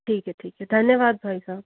ठीक है ठीक है धन्यवाद भाई साब